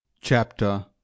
Chapter